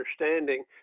understanding